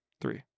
Three